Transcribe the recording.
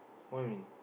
why